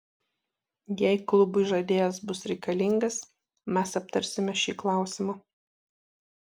jei klubui žaidėjas bus reikalingas mes aptarsime šį klausimą